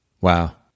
Wow